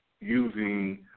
using